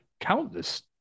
countless